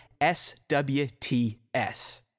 SWTS